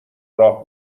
راه